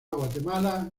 guatemala